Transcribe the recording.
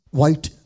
white